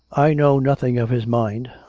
i know nothing of his mind.